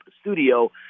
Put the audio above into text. studio